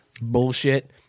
bullshit